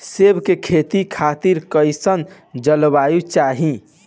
सेब के खेती खातिर कइसन जलवायु चाही?